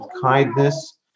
kindness